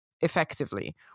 effectively